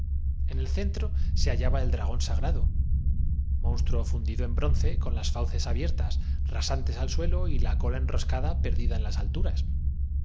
en el centro se haliaba el dragón sagrado monstruo fundido en bronce con las fauces abiertas rasantes al suelo y la cola en roscada perdida en las alturas